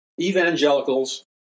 evangelicals